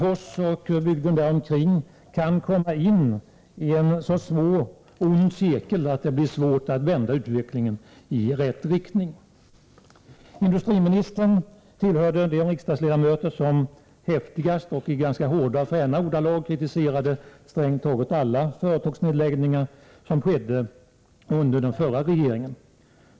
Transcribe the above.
Fågelfors och bygderna omkring kan komma in i en så svår ond cirkel att det blir svårt att vända utvecklingen i rätt riktning. Industriministern tillhör de riksdagsledamöter som häftigast och i ganska hårda och fräna ordalag kritiserade strängt taget alla företagsnedläggningar som skedde under den förra regeringen.